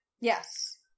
Yes